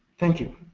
thank you.